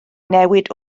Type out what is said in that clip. newid